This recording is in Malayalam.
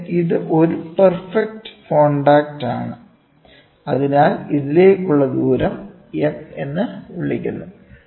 ഇവിടെ ഇത് ഒരു പെർഫെക്റ്റ് കോൺടാക്റ്റാണ് അതിനാൽ ഇതിലേക്കുള്ള ദൂരം M എന്ന് വിളിക്കുന്നു